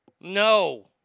No